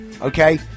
Okay